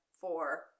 four